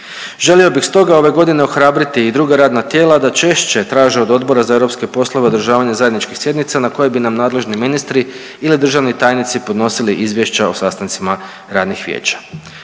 Želio bih stoga ove godine ohrabriti i druga radna tijela da češće traže od Odbora za europske poslove održavanje zajedničkih sjednica na kojima bi nam nadležni ministri ili državni tajnici podnosili izvješća o sastancima radnih vijeća.